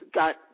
got